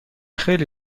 خیلی